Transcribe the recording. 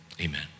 amen